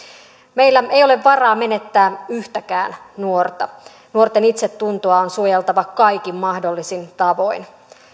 meillä ei ole varaa menettää yhtäkään nuorta nuorten itsetuntoa on suojeltava kaikin mahdollisin tavoin